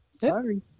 Sorry